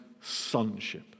sonship